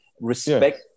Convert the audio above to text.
respect